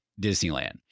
Disneyland